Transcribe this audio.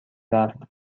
رفت